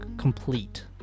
complete